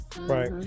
right